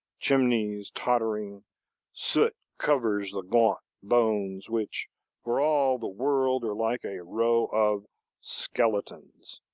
chimneys tottering soot covers the gaunt bones, which for all the world are like a row of skeletons,